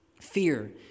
fear